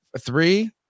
three